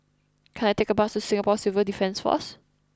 can I take a bus to Singapore Civil Defence Force